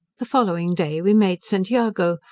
the following day we made st. jago,